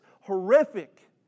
horrific